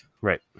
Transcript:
Right